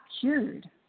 cured